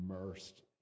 immersed